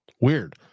weird